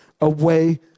away